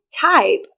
type